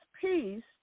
peace